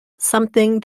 something